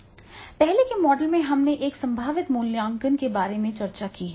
पहले के मॉडल में हमने एक संभावित मूल्यांकन के बारे में चर्चा की है